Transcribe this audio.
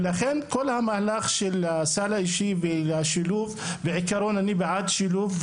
לכן כל המהלך של הסל האישי והשילוב בעיקרון אני בעד שילוב,